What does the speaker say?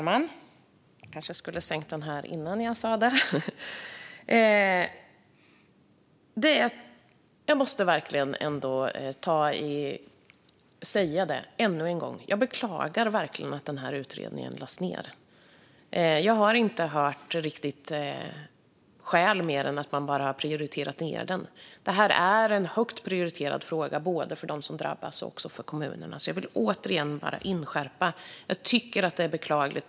Herr talman! Jag måste än en gång få säga att jag verkligen beklagar att utredningen lades ned. Jag har inte riktigt hört några andra skäl än att man har prioriterat ned den. Det här är en högt prioriterad fråga, både för dem som drabbas och för kommunerna. Jag vill återigen inskärpa att det är beklagligt.